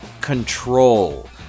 Control